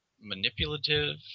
manipulative